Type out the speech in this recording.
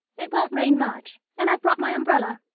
it won't rain much, and i've brought my umbrella,